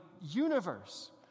universe